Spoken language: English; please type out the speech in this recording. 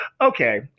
Okay